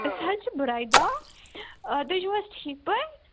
أسۍ حظ چھِ بُرایدا آ تُہۍ چھِ حظ ٹھیٖک پٲٹھۍ